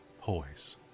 Poise